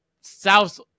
South